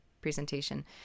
presentation